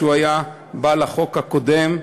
שהוא בעל החוק הקודם.